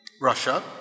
Russia